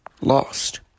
lost